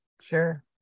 Sure